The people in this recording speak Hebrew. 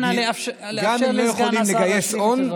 אנא לאפשר לסגן השר להציג את דברו.